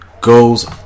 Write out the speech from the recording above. goes